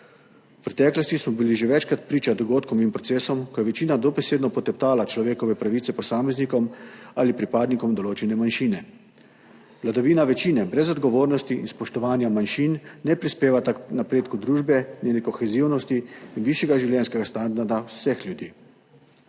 V preteklosti smo bili že večkrat priča dogodkom in procesom, ko je večina dobesedno poteptala človekove pravice posameznikom ali pripadnikom določene manjšine. Vladavina večine brez odgovornosti in spoštovanja manjšin ne prispevata k napredku družbe, njene kohezivnosti in višjega življenjskega standarda vseh ljudi.